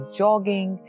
jogging